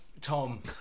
Tom